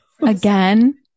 again